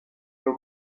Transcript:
your